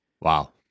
Wow